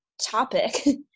topic